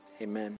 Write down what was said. Amen